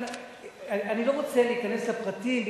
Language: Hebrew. אני לא רוצה להיכנס לפרטים,